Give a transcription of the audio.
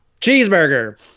Cheeseburger